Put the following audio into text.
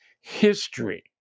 history